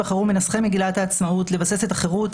בחרו מנסחי מגילת העצמאות לבסס את החירות,